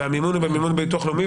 והמימון הוא במימון של ביטוח לאומי,